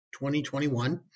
2021